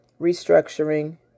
restructuring